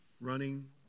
running